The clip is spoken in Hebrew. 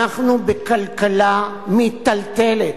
אנחנו בכלכלה מיטלטלת,